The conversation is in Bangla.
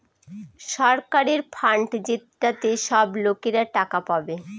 সরকারের ফান্ড যেটাতে সব লোকরা টাকা পাবে